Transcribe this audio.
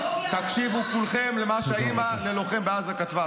תקשיבו כולכם למה שהאימא ללוחם בעזה כתבה.